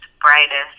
brightest